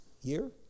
year